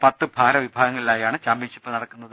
പത്ത് ഭാരവിഭാഗങ്ങളിലായാണ് ചാമ്പ്യൻഷിപ്പ് നടക്കുന്നത്